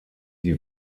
die